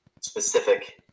specific